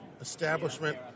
establishment